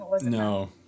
No